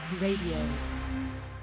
Radio